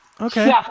Okay